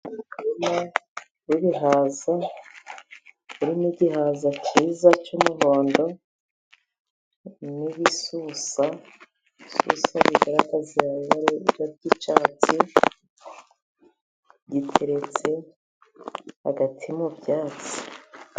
Umurima w' ibihaza urimo igihaza cyiza cy'umuhondo n'ibisusa by'icyatsi, giteretse hagati mu byatsi.